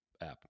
app